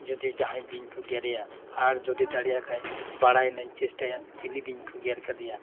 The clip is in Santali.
ᱡᱩᱫᱤ ᱡᱟᱦᱟᱸᱭ ᱵᱤᱧ ᱠᱚ ᱜᱮᱨᱮᱭᱟ ᱟᱨ ᱡᱩᱫᱤ ᱫᱟᱲᱮᱭᱟᱜ ᱠᱷᱟᱱ ᱵᱟᱲᱟᱭ ᱨᱮᱱᱟᱜ ᱤᱧ ᱪᱮᱥᱴᱟᱭᱟ ᱪᱤᱞᱤ ᱵᱤᱧ ᱠᱚ ᱜᱮᱨ ᱟᱠᱟᱫᱮᱭᱟ